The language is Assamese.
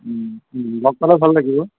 লগ পালে ভাল লাগিব